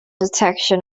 detection